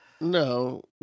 No